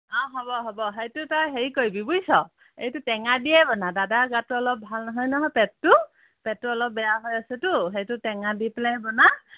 অ' হ'ব হ'ব সেইটো তই হেৰি কৰিবি বুজিছ সেইটো টেঙা দিয়ে বনা দাদাৰ গাটো অলপ ভাল নহয় নহয় পেটটো পেটটো অলপ বেয়া হৈ আছেটো সেইটো টেঙা দি পেলাই বনা